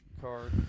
card